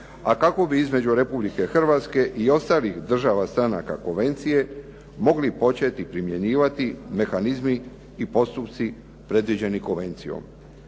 a kako bi između Republike Hrvatske i ostalih država stranaka konvencije mogli početi primjenjivati mehanizmi i postupci predviđeni konvencijom.